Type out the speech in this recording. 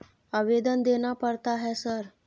आवेदन देना पड़ता है सर?